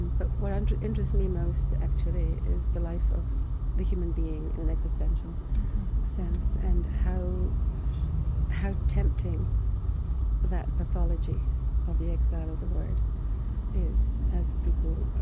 but what and interests me most actually is the life of the human being in an existential sense and how how tempting that pathology of the exile of the word is as people,